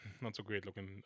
not-so-great-looking